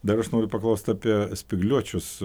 dar aš noriu paklaust apie spygliuočius